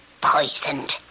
poisoned